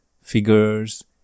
figures